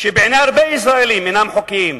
שבעיני הרבה ישראלים אינם חוקיים,